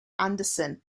anderson